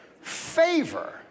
favor